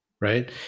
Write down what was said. right